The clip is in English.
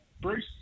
Bruce